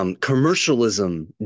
Commercialism